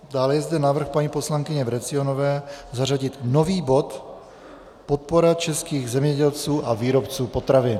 Dále je zde návrh paní poslankyně Vrecionové zařadit nový bod Podpora českých zemědělců a výrobců potravin.